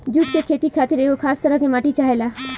जुट के खेती खातिर एगो खास तरह के माटी चाहेला